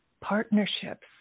partnerships